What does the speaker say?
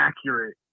accurate